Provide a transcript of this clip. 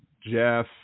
Jeff